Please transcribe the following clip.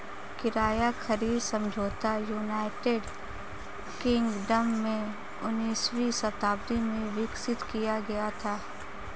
किराया खरीद समझौता यूनाइटेड किंगडम में उन्नीसवीं शताब्दी में विकसित किया गया था